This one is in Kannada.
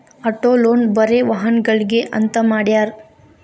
ಅಟೊ ಲೊನ್ ಬರೆ ವಾಹನಗ್ಳಿಗೆ ಅಂತ್ ಮಾಡ್ಯಾರ